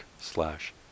slash